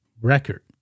record